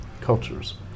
cultures